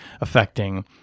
affecting